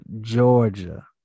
Georgia